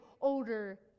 older